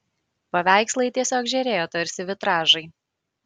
paveikslai tiesiog žėrėjo tarsi vitražai